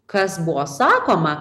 kas buvo sakoma